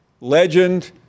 Legend